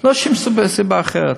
בלי שום סיבה אחרת.